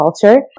culture